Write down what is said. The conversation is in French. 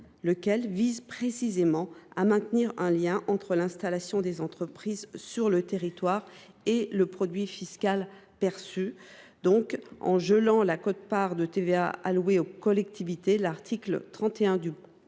lequel vise précisément à maintenir un lien entre l’installation des entreprises sur le territoire et le produit fiscal perçu. En gelant la quote part de TVA allouée aux collectivités, l’article 31 du